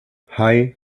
hei